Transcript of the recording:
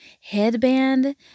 headband